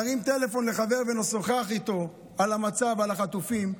נרים טלפון לחבר ונשוחח איתו על המצב ועל החטופים.